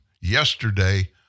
yesterday